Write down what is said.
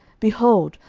behold,